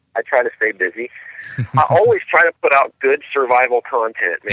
i try to stay busy. i always try to put out good survival content,